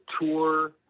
tour